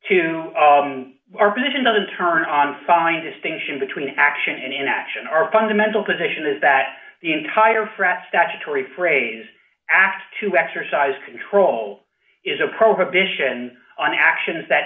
to our position doesn't turn on fine distinction between action and inaction our fundamental position is that the entire fresh statutory phrase ask to exercise control is a prohibition on actions that